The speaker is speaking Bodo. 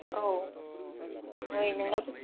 औ नै नोंनावथ'